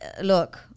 look